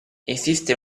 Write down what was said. esiste